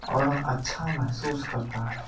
और वह अच्छा महसूस करता है